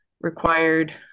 required